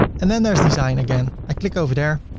and then there's design again. i click over there